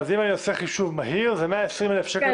אז אם אני עושה חישוב מהיר, זה 120,000 שקל בשנה.